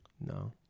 No